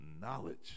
knowledge